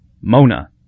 Mona